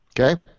Okay